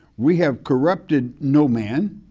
we have corrupted no man,